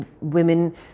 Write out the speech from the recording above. women